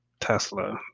Tesla